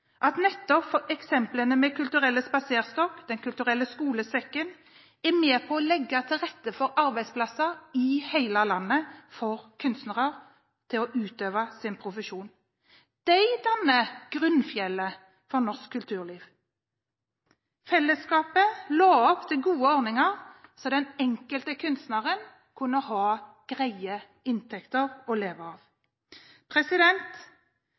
felt. Nettopp eksemplene Den kulturelle spaserstokken og Den kulturelle skolesekken er med på å legge til rette for arbeidsplasser i hele landet for kunstnere til å utøve sin profesjon. De danner grunnfjellet for norsk kulturliv. Fellesskapet la opp til gode ordninger så den enkelte kunstneren kunne ha greie inntekter å leve